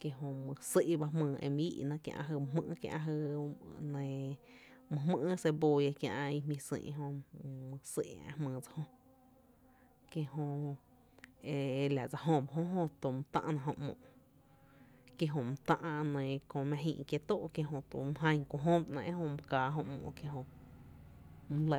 kí jö my sý’ ba jmyy e my íí’ná kiá’ jy my nɇɇ mý jmý’ kiä’ cebolla, kiä’ i jmí sÿÿ’ jö my sý’ ä’ jmyy dse jö, ki jö e la dsa jö ba jó jöto my tá’ na jö ‘moo, kí jö my tä’ na mⱥ jíí’ kiéé’ tóó’ ba ‘néé’ jö jö my káá jö ‘moo’ my lé.